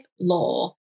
law